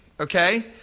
Okay